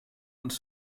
als